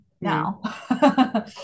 now